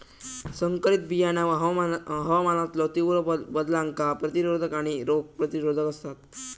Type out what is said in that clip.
संकरित बियाणा हवामानातलो तीव्र बदलांका प्रतिरोधक आणि रोग प्रतिरोधक आसात